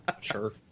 Sure